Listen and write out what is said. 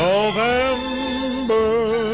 November